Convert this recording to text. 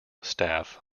staff